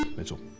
mitchell.